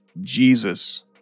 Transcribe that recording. Jesus